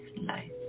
life